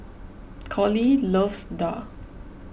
Coley loves Daal